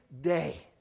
day